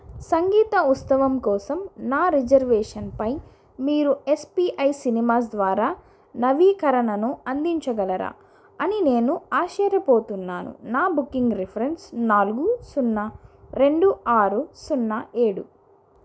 సంగీత ఉత్సవం కోసం నా రిజర్వేషన్పై మీరు ఎస్ పీ ఐ సినిమాస్ ద్వారా నవీకరణను అందించగలరా అని నేను ఆశ్చర్యపోతున్నాను నా బుకింగ్ రిఫరెన్స్ నాలుగు సున్నా రెండు ఆరు సున్నా ఏడు